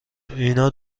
اینا